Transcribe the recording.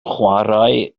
chwarae